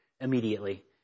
immediately